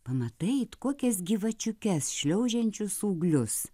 pamatai it kokias gyvačiukes šliaužiančius ūglius